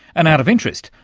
and out of interest,